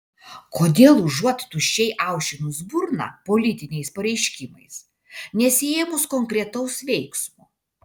kodėl užuot tuščiai aušinus burną politiniais pareiškimais nesiėmus konkretaus veiksmo